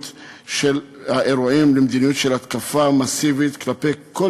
בעקבות האירועים הקשים בימים האחרונים ערוכה משטרת ישראל בכל